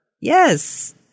Yes